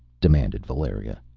demanded valeria.